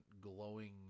glowing